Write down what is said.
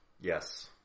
Yes